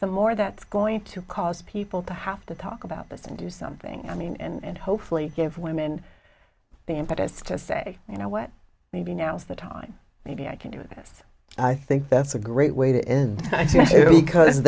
the more that's going to cause people to have to talk about this and do something i mean and hopefully give women the impetus to say you know what maybe now's the time maybe i can do this i think that's a great way to end